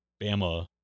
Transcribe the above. Bama